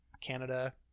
Canada